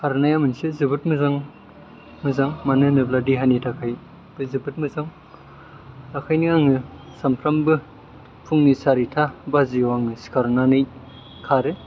खारनाया मोनसे जोबोद मोजां मानो होनोब्ला देहानि थाखायबो जोबोद मोजां आखायनो आङो सानफ्रामबो फुंनि सारिथा बाजियाव आङो सिखारनानै खारो